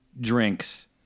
drinks